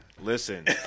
listen